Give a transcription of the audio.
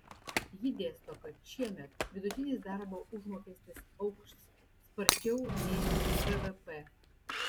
ji dėsto kad šiemet vidutinis darbo užmokestis augs sparčiau nei bvp